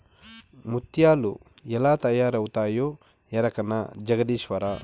ముత్యాలు ఎలా తయారవుతాయో ఎరకనా జగదీశ్వరా